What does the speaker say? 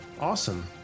Awesome